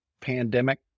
pandemic